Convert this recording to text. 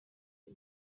ich